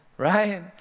right